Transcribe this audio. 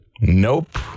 Nope